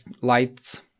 lights